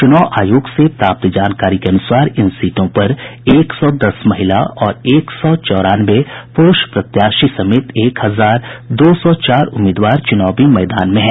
चुनाव आयोग से प्राप्त जानकारी के अनुसार इन सीटों पर एक सौ दस महिला और एक हजार चौरानवे पुरुष प्रत्याशी समेत एक हजार दो सौ चार उम्मीदवार चुनावी मैदान में हैं